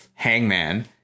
hangman